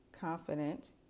confident